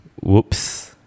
Whoops